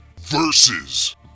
versus